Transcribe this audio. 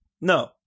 No